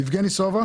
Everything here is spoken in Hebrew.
יבגני סובה